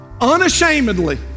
unashamedly